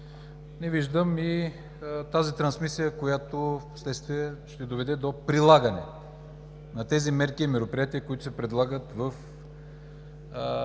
не виждам и тази трансмисия, която впоследствие ще доведе до прилагане на мерките и мероприятията, които се предлагат в